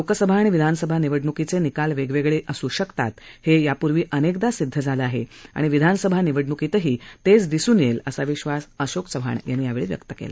लोकसभा आणि विधानसभा निवडण्कीचे निकाल वेगवेगळे असू शकतात हे यापूर्वी अनेकदा सिद्ध झालं आहे आणि विधानसभा निवडण्कीतही तेच दिसून येईल असा विश्वास अशोक चव्हाण यांनी यावेळी व्यक्त केला